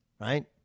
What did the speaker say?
right